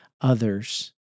others